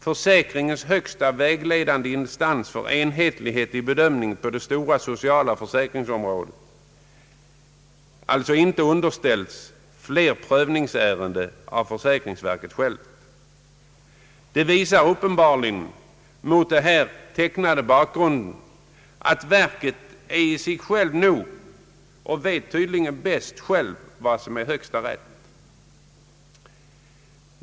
Försäkringens högsta vägledande instans för enhetlighet i bedömningen på det stora socialförsäkringsområdet har alltså inte underställts fler prövningsärenden av försäkringsverket självt. Det visar — mot den här tecknade bakgrunden — att verket uppenbarligen är sig självt nog och tydligen anser sig veta bäst vad som är högsta rätt.